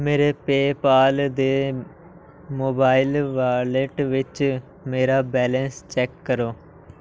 ਮੇਰੇ ਪੇਪਾਲ ਦੇ mobile wallet ਵਿੱਚ ਮੇਰਾ ਬੈਲੈਂਸ ਚੈੱਕ ਕਰੋ